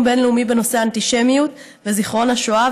בין-לאומי בנושא אנטישמיות וזיכרון השואה,